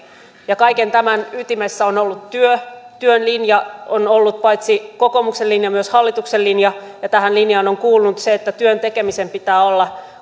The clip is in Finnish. kaiken tämän ytimessä on ollut työ työn linja on ollut paitsi kokoomuksen linja myös hallituksen linja tähän linjaan on kuulunut se että työn tekemisen pitää olla